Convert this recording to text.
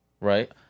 Right